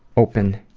open